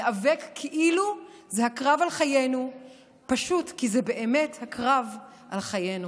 ניאבק כאילו זה הקרב על חיינו פשוט כי זה באמת הקרב על חיינו,